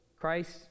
Christ